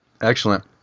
excellent